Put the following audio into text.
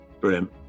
Brilliant